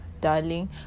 darling